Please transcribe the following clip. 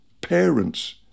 parents